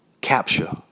capture